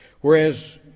Whereas